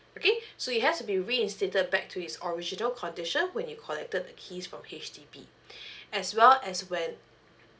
okay so it has to be reinstated back to his original condition when you collected a keys from H_D_B as well as when